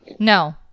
No